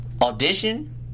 audition